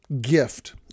gift